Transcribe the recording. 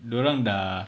dorang dah